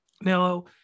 Now